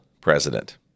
president